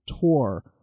tour